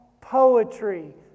poetry